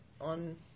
on